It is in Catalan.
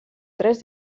tres